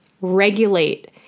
regulate